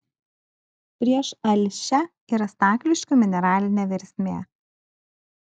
prieš alšią yra stakliškių mineralinė versmė